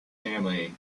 family